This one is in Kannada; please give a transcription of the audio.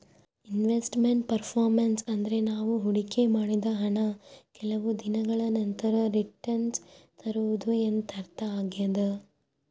ಇನ್ವೆಸ್ಟ್ ಮೆಂಟ್ ಪರ್ಪರ್ಮೆನ್ಸ್ ಅಂದ್ರೆ ನಾವು ಹೊಡಿಕೆ ಮಾಡಿದ ಹಣ ಕೆಲವು ದಿನಗಳ ನಂತರ ರಿಟನ್ಸ್ ತರುವುದು ಎಂದರ್ಥ ಆಗ್ಯಾದ